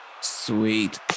Sweet